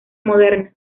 moderna